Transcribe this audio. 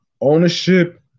Ownership